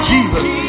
Jesus